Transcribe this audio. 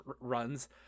runs